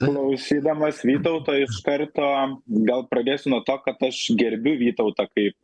klausydamas vytauto iš karto gal pradėsiu nuo to kad aš gerbiu vytautą kaip